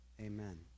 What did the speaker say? Amen